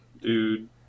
Dude